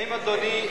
האם, אדוני,